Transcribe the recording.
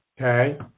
Okay